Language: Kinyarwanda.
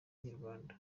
inyarwanda